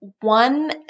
one